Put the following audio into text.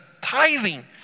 tithing